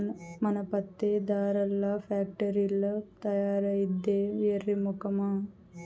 మన పత్తే దారాల్ల ఫాక్టరీల్ల తయారైద్దే ఎర్రి మొకమా